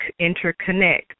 interconnect